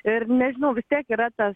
ir nežinau vis tiek yra tas